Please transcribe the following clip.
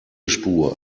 spur